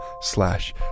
slash